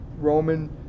Roman